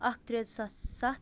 اکھ ترٛےٚ زٕ ساس سَتھ